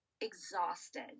exhausted